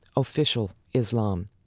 official islam.